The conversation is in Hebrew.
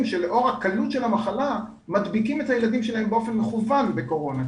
שלאור הקלות של המחלה מדביקים את הילדים שלהם באופן מכוון בקורונה,